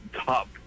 top